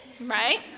right